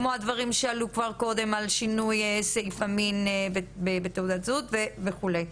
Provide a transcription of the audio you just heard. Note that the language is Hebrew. כמו הדברים שעלו כבר קודם על שינוי סעיף המין בתעודות הזהות וכולי.